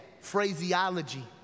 phraseology